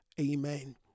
Amen